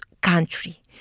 country